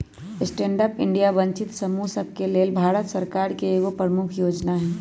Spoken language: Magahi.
स्टैंड अप इंडिया वंचित समूह सभके लेल भारत सरकार के एगो प्रमुख जोजना हइ